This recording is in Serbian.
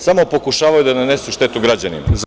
Samo pokušavaju da nanesu štetu građanima.